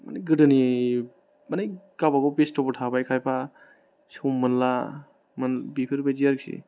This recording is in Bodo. गोदोनि माने गावबा गाव बेस्त'बो थाबाय खायफा सम मोनला मोन बेफोरबायदि आरोखि